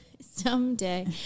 Someday